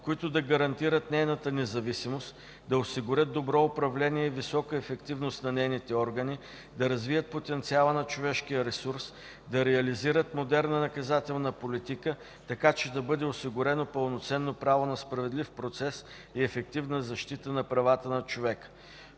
които да гарантират нейната независимост, да осигурят добро управление и висока ефективност на нейните органи, да развият потенциала на човешкия ресурс, да реализират модерна наказателна политика, така че да бъде осигурено пълноценно право на справедлив процес и ефективна защита на правата на човека.